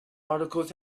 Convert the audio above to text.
articles